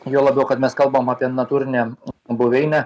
juo labiau kad mes kalbam apie natūrinę buveinę